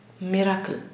miracle